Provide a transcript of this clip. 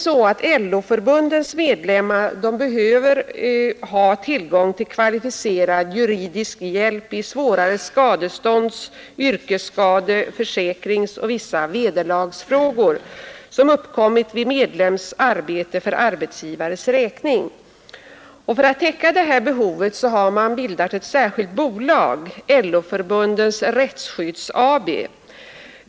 LO-förbundens medlemmar behöver ha tillgång till kvalificerad juridisk hjälp i svårare skadestånds-, yrkesskade-, försäkringsoch vissa vederlagsfrågor, som har samband med medlems arbete för arbetsgivares räkning. För att täcka detta behov har man bildat ett särskilt bolag, LO-Förbundens Rättsskydd AB.